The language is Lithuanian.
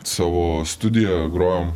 savo studiją grojom